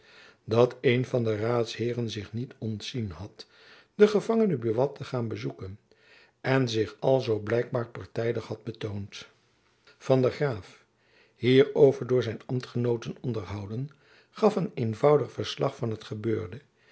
dat een van de raadsheeren zich niet ontzien had den gevangen buat te gaan bezoeken en zich alzoo blijkbaar partijdig had betoond van der graef hierover door jacob van lennep elizabeth musch zijn ambtgenooten onderhouden gaf een eenvoudig verslag van het gebeurde